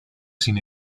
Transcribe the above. sin